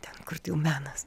ten kur jau menas